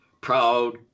proud